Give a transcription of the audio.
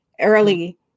early